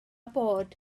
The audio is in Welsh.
bod